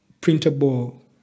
printable